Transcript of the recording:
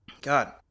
God